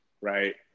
right